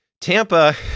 Tampa